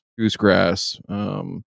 goosegrass